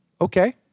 Okay